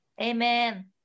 Amen